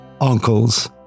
uncles